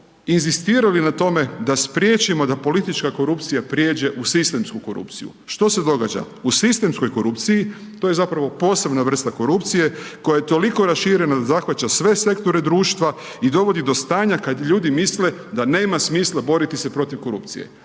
inzistirali na tome da spriječimo da politička korupcija prijeđe u sistemsku korupciju. Što se događa? U sistemskoj korupciji, to je zapravo posebna vrsta korupcije koja je toliko raširena da zahvaća sve sektore društva i dovodi do stanja kad ljudi misle da nema smisla boriti se protiv korupcije.